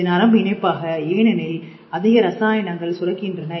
இது நரம்பு இணைப்பாக ஏனெனில் அதிக ரசாயனங்கள் சுரக்கின்றன